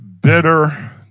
bitter